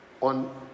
On